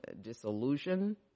disillusion